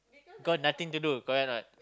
because nothing to do correct or not